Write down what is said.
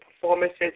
performances